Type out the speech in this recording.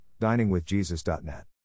diningwithjesus.net